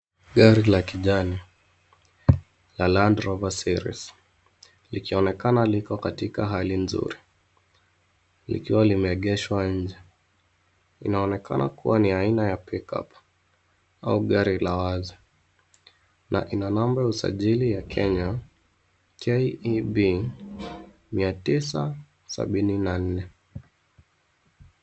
Gari la kijani la Land Rover series likionekana liko katika hali nzuri likiwa limeegeshwa nje. Linaonekana kuwa ni aina ya pickup au gari la wazi na ina namba ya usajili ya Kenya, KEB 974.